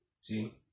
See